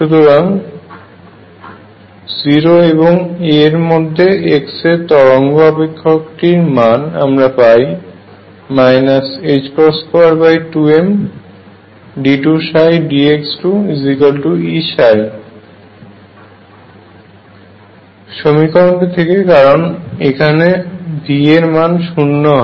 সুতরাং 0 এবং a এর মধ্যে xএর তরঙ্গ অপেক্ষাকটির মান আমরা পাই 22md2 dx2Eψ সমীকরণটি থেকে কারণ V এর মান 0 হয়